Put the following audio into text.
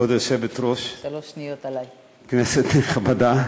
כבוד היושבת-ראש, כנסת נכבדה,